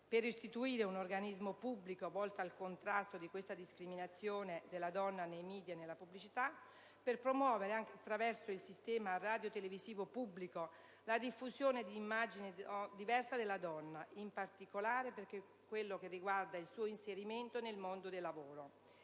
per istituire un organismo pubblico volto al contrasto della discriminazione della donna nei *media* e nella pubblicità; per promuovere, attraverso il sistema radiotelevisivo pubblico, la diffusione di un'immagine diversa della donna, in particolare per quel che riguarda il suo inserimento nel mondo del lavoro.